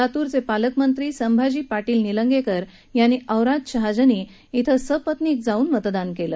लातूरचे पालकमंत्री संभाजी पाटील निलंगेकर यांनी औराद शहाजनी इथं पत्नीसह जाऊन मतदान केलं